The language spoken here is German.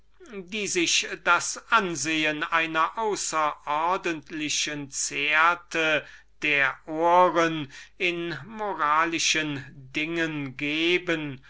welche sich das ansehen einer außerordentlichen delikatesse der ohren in moralischen dingen geben